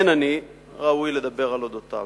אין אני ראוי לדבר על אודותיו.